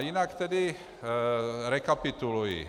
Jinak tedy rekapituluji.